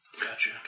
Gotcha